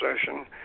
session